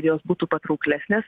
jos būtų patrauklesnės